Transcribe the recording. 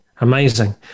Amazing